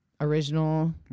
Original